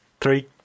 Three